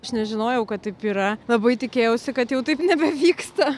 aš nežinojau kad taip yra labai tikėjausi kad jau taip nebevyksta